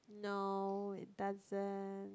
no it doesn't